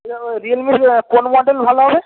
রিয়েলমির কোন মডেল ভালো হবে